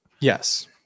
Yes